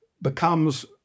becomes